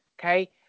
okay